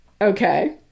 Okay